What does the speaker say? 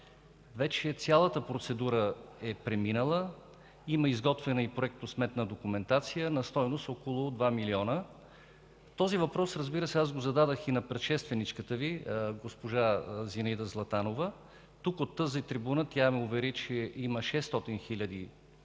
вече цялата процедура е преминала, има изготвена проектосметна документация на стойност около 2 милиона. Този въпрос аз, разбира се, го зададох и на предшественичката Ви госпожа Зинаида Златанова. Тук от тази трибуна тя ме увери, че има 600 хиляди